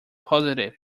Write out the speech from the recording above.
positive